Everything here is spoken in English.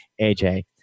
AJ